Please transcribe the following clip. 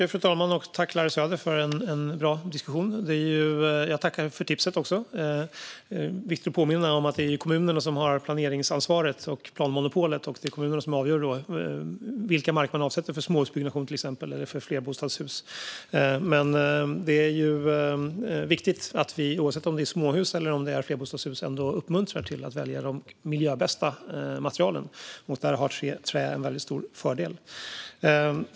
Fru talman! Tack för en bra diskussion, Larry Söder! Jag tackar också för tipset. Det är viktigt att påminna om att det är kommunerna som har planeringsansvaret och planmonopolet och att det är kommunerna som avgör vilken mark man avsätter för till exempel småhusbyggnationer eller flerbostadshus. Det är dock viktigt att vi, oavsett om det gäller småhus eller flerbostadshus, uppmuntrar den som bygger att välja de miljöbästa materialen. Där har trä en väldigt stor fördel.